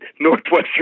Northwestern